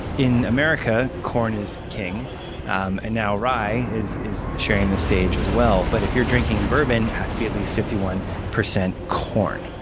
in america, corn is king um and now, rye is is sharing the stage as well. but if you're drinking bourbon, it has to be at least fifty one percent corn.